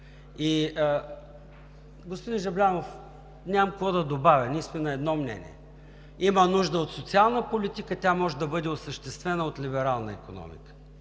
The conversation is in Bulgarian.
Господин Жаблянов, нямам какво да добавя, ние сме на едно мнение – има нужда от социална политика, тя може да бъде осъществена от либерална икономика.